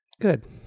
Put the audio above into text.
Good